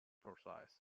process